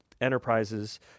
enterprises